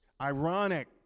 ironic